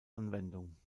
anwendung